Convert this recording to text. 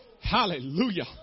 Hallelujah